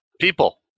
People